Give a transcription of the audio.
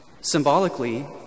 Symbolically